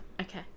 okay